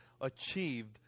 achieved